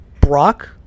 Brock